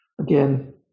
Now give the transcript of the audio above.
again